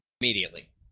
immediately